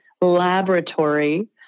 laboratory